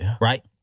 right